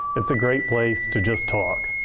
it's a great place to just talk.